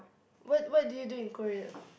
what what did you do in Korea